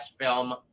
film